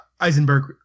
Eisenberg